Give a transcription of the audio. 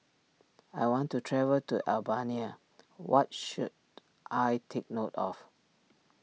I want to travel to Albania what should I take note of